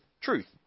truth